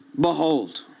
Behold